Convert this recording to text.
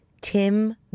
Tim